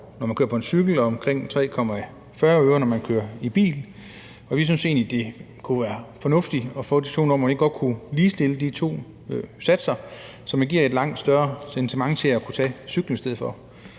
når man kører på cykel, og omkring 3,40 øre, når man kører i bil, og vi synes egentlig, det kunne være fornuftigt at få en diskussion om, om man ikke godt kunne ligestille de to satser, så man giver et langt større incitament til at tage cyklen i stedet for.